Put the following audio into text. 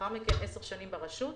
לאחר מכן עשר שנים ברשות.